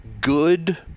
good